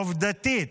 עובדתית,